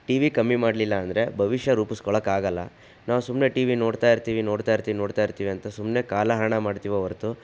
T V ಕಮ್ಮಿ ಮಾಡಲಿಲ್ಲ ಅಂದರೆ ಭವಿಷ್ಯ ರೂಪಿಸ್ಕೊಳ್ಳೋಕ್ಕಾಗಲ್ಲ ನಾವು ಸುಮ್ಮನೆ ಟಿ ವಿ ನೋಡ್ತಾಯಿರ್ತೀವಿ ನೋಡ್ತಾಯಿರ್ತೀವಿ ನೋಡ್ತಾಯಿರ್ತೀವಿ ಅಂತ ಸುಮ್ಮನೆ ಕಾಲಹರಣ ಮಾಡ್ತೀವೆ ಹೊರತು